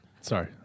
Sorry